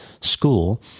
school